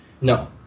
No